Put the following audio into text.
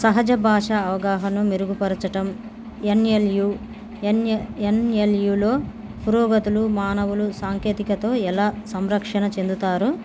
సహజ భాష అవగాహను మెరుగుపరచటం ఎన్ ఎల్ యు ఎన్య ఎన్ ఎల్ యులో పురోగతులు మానవులు సాంకేతికతో ఎలా సంరక్షణ చెందుతారో